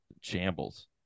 shambles